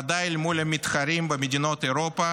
בוודאי אל מול המתחרים במדינות אירופה